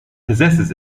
possesses